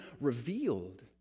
revealed